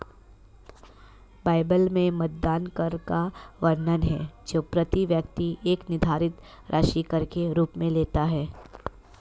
Bible में मतदान कर का वर्णन है जो प्रति व्यक्ति एक निर्धारित राशि कर के रूप में लेता है